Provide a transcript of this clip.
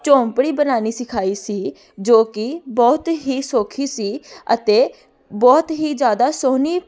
ਝੌਂਪੜੀ ਬਣਾਉਣੀ ਸਿਖਾਈ ਸੀ ਜੋ ਕਿ ਬਹੁਤ ਹੀ ਸੌਖੀ ਸੀ ਅਤੇ ਬਹੁਤ ਹੀ ਜ਼ਿਆਦਾ ਸੋਹਣੀ